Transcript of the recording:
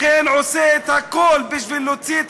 לכן הוא עושה את הכול בשביל להוציא את